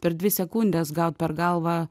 per dvi sekundes gaut per galvą